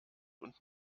und